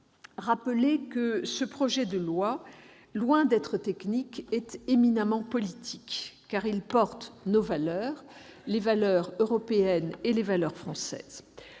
rappeler que ce projet de loi, loin d'être technique, est éminemment politique, car il porte sur nos valeurs, les valeurs européennes et françaises.